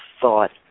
thought